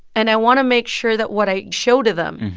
and i want to make sure that what i show to them